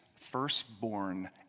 firstborn